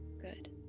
Good